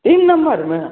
तीन नम्बरमे